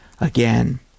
again